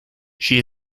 she